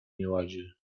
nieładzie